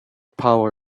power